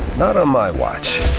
not on my watch.